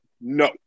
No